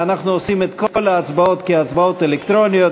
ואנחנו עושים את כל ההצבעות כהצבעות אלקטרוניות.